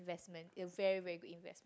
investment a very very good investment